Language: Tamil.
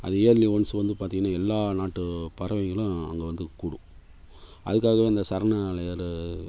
அது இயர்லி ஒன்ஸ் வந்து பார்த்தீங்கன்னா எல்லா நாட்டு பறவைகளும் அங்கே வந்து கூடும் அதுக்காகவே இந்த சரணாலயம் இது